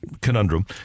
conundrum